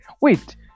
wait